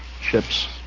ships